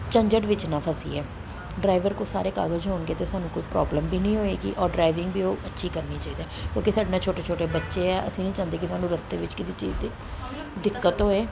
ਝੰਜਟ ਵਿੱਚ ਨਾ ਫਸੀਏ ਡਰਾਇਵਰ ਕੋਲ ਸਾਰੇ ਕਾਗਜ਼ ਹੋਣਗੇ ਤਾਂ ਸਾਨੂੰ ਕੋਈ ਪ੍ਰੋਬਲਮ ਵੀ ਨਹੀਂ ਹੋਏਗੀ ਔਰ ਡਰਾਈਵਿੰਗ ਵੀ ਉਹ ਅੱਛੀ ਕਰਨੀ ਚਾਹੀਦਾ ਹੈ ਕਿਉਂਕਿ ਸਾਡੇ ਨਾਲ ਛੋਟੇ ਛੋਟੇ ਬੱਚੇ ਹੈ ਅਸੀਂ ਨਹੀਂ ਚਾਹੁੰਦੇ ਕਿ ਸਾਨੂੰ ਰਸਤੇ ਵਿੱਚ ਕਿਸੀ ਚੀਜ਼ ਦੀ ਦਿੱਕਤ ਹੋਏ